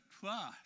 trust